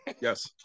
Yes